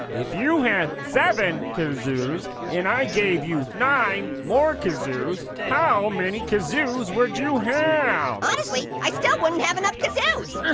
if you had seven kazoos and i gave you nine more kazoos, how many kazoos would you have? honestly, i still wouldn't have enough kazoos.